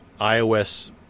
ios